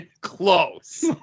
Close